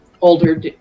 Older